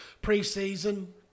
Pre-season